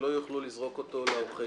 שלא יוכלו לזרוק אותו לעורכי דין.